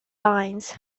lines